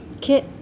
kit